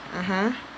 (uh huh)